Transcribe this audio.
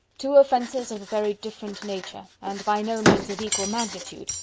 two offenses of a very different nature, and by no means of equal magnitude,